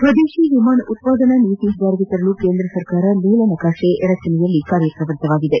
ಸ್ವದೇಶಿ ವಿಮಾನ ಉತ್ಪಾದನಾ ನೀತಿ ಜಾರಿಗೆ ತರಲು ಕೇಂದ್ರ ಸರ್ಕಾರ ನೀಲಕಾಶೆ ರಚಿಸುವಲ್ಲಿ ಕಾರ್ಯಪ್ರವೃತ್ತವಾಗಿದೆ